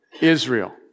Israel